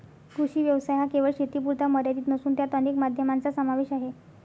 कृषी व्यवसाय हा केवळ शेतीपुरता मर्यादित नसून त्यात अनेक माध्यमांचा समावेश आहे